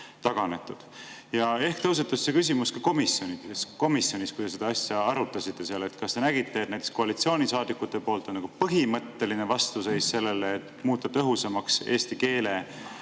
taganetud. Ehk tõusetus see küsimus ka komisjonis, kui te seda asja seal arutasite. Kas te nägite, et näiteks koalitsioonisaadikute seas on põhimõtteline vastuseis sellele, et muuta tõhusamaks eesti keele